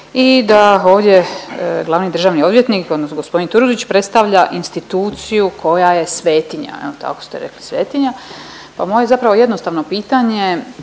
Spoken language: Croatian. i da ovdje glavni državni odvjetnik odnosno gospodin Turudić predstavlja instituciju koja je svetinja, jel' tako ste rekli svetinja.